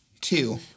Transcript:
two